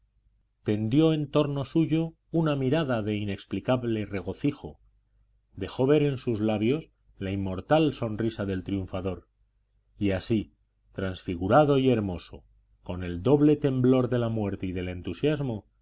tendió en torno suyo una mirada de inexplicable regocijo dejó ver en sus labios la inmortal sonrisa del triunfador y así transfigurado y hermoso con el doble temblor de la muerte y del entusiasmo